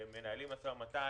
מנהלים משא ומתן,